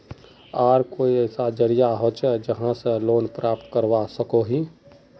आर कोई ऐसा जरिया होचे जहा से लोन प्राप्त करवा सकोहो ही?